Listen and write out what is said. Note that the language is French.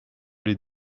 les